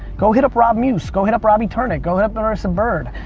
go hit up rob muse, go hit up robbie turnitt, go hit up marisa bird,